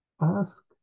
ask